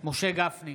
משה גפני,